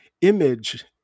image